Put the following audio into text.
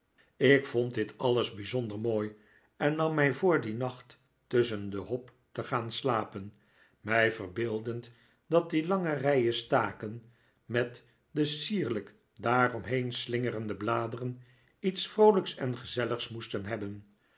ik vond dit alles bijzonder mooi en nam mij voor dien nacht tusschen de hop te gaan slapen mij verbeeldend dat die lange rijen staken met de sierlijk daaromheen geslingerde bladeren iets vroolijks en gezelligs moesten hebben